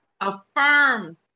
affirm